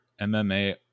MMA